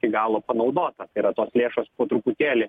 iki galo panaudota tai yra tos lėšos po truputėlį